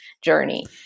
journey